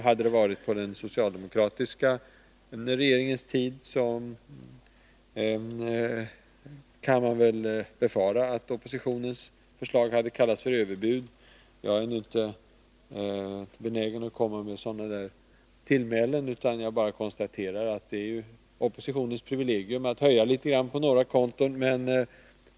Hade det varit på den socialdemokratiska regeringens tid, kunde man väl ha befarat att oppositionens förslag hade kallats överbud. Jag är inte benägen att komma med sådana tillmälen, utan jag bara konstaterar att det är oppositionens privilegium att höja litet på några konton.